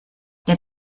der